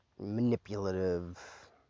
Manipulative